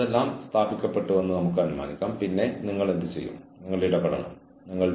ഇവ സ്ഥാപിത കാര്യങ്ങളല്ല